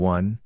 One